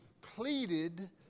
pleaded